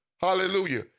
Hallelujah